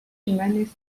humanist